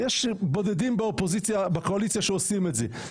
יש בודדים בקואליציה שעושים את זה,